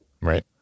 Right